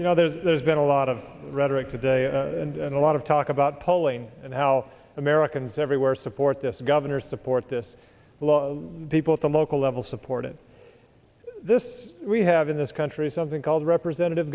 know there's been a lot of rhetoric today and a lot of talk about polling and how americans everywhere support this governor support this law people at the local level supported this we have in this country something called representative